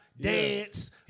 dance